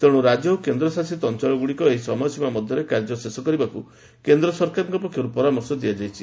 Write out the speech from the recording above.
ତେଣ୍ର ରାଜ୍ୟ ଓ କେନ୍ଦ୍ରଶାସିତ ଅଞ୍ଚଳଗୁଡ଼ିକ ଏହି ସମୟସୀମା ମଧ୍ୟରେ କାର୍ଯ୍ୟ ଶେଷ କରିବାକୁ କେନ୍ଦ୍ର ସରକାରଙ୍କ ପକ୍ଷରୁ ପରାମର୍ଶ ଦିଆଯାଇଛି